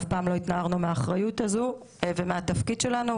אף פעם לא התנערנו מהאחריות הזו ומהתפקיד שלנו,